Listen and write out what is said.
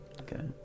Okay